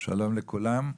שלום לכולם,